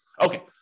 okay